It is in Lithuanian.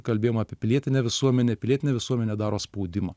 kalbėjom apie pilietinę visuomenę pilietinė visuomenė daro spaudimą